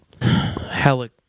helic